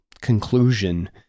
conclusion